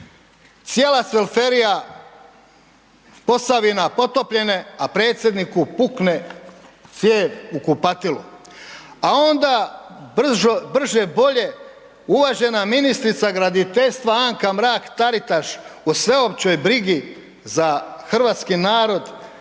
Cijela Cvelferija Posavina potopljene, a predsjedniku pukne cijev u kupatilu, a onda brže-bolje uvažena ministrica graditeljstva Anka Mrak Taritaš o sveopćoj brizi za hrvatski narod